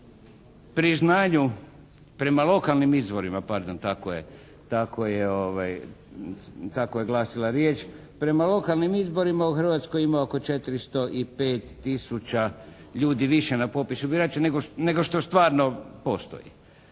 priznanju, prema lokalnim izborima pardon, tako je glasila riječ, prema lokalnim izborima u Hrvatskoj ima oko 405 tisuća ljudi više na popisu birača nego što stvarno postoji.